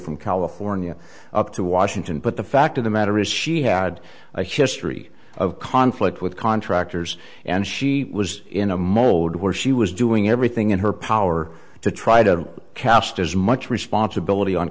from california up to washington but the fact of the matter is she had a history of conflict with contractors and she was in a mold where she was doing everything in her power to try to cast as much responsibility on